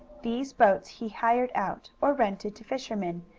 these boats he hired out, or rented, to fishermen,